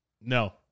No